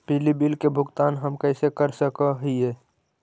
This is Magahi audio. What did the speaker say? बिजली बिल के भुगतान हम कैसे कर सक हिय?